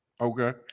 Okay